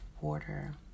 water